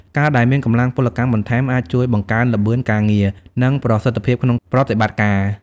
ការដែលមានកម្លាំងពលកម្មបន្ថែម អាចជួយបង្កើនល្បឿនការងារ និងប្រសិទ្ធភាពក្នុងប្រតិបត្តិការ។